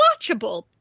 watchable